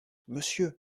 monsieur